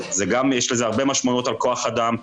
גם יש לזה הרבה משמעויות על כוח אדם,